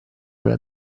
una